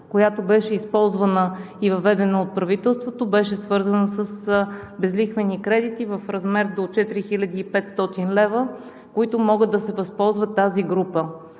която беше използвана и въведена от правителството, беше свързана с безлихвени кредити в размер до 4500 лв., от които могат да се възползва тази група.